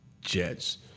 Jets